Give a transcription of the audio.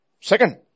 Second